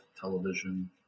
television